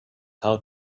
how